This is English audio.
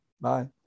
Bye